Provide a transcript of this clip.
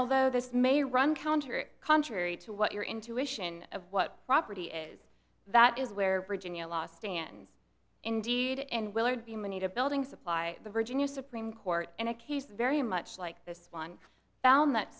although this may run counter contrary to what your intuition of what property is that is where virginia law stands indeed in willard b many to building supply the virginia supreme court in a case very much like this one found that